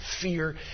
fear